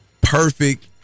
perfect